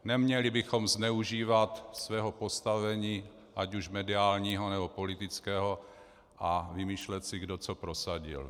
Neměli bychom zneužívat svého postavení, ať už mediálního, nebo politického, a vymýšlet si, kdo co prosadil.